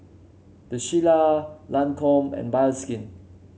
The Shilla Lancome and Bioskin